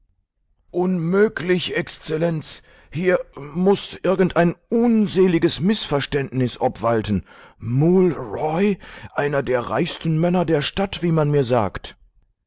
unmöglich exzellenz hier muß irgendein unseliges mißverständnis obwalten mool roy einer der reichsten männer der stadt wie man mir sagt